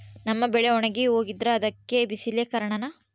ನಮ್ಮ ಬೆಳೆ ಒಣಗಿ ಹೋಗ್ತಿದ್ರ ಅದ್ಕೆ ಬಿಸಿಲೆ ಕಾರಣನ?